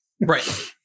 Right